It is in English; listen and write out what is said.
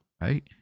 Right